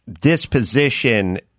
disposition